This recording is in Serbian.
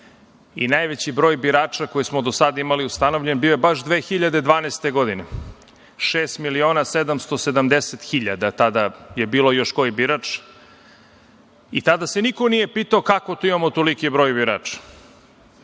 i najveći broj birača koji smo do sada imali ustanovljen bio je baš 2012. godine. Tada je bilo 6.770.000 i još koji birač i tada se niko nije pitao kako to imamo toliki broj birača,